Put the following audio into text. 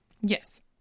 Yes